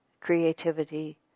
creativity